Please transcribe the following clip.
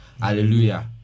Hallelujah